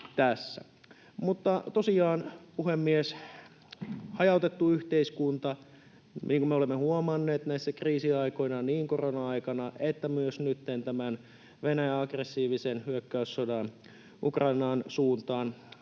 koputtaa] Tosiaan, puhemies, hajautettu yhteiskunta: Niin kuin olemme huomanneet näinä kriisiaikoina, niin koronan aikana kuin myös nytten tämän Venäjän aggressiivisen hyökkäyssodan Ukrainan suuntaan,